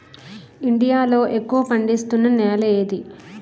India లో ఎక్కువ పండిస్తున్నా నేల ఏది?